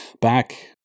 back